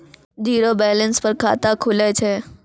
Zero balance पर खाता खुले छै?